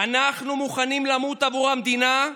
"אנחנו מוכנים למות עבור המדינה,